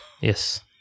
yes